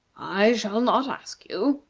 i shall not ask you,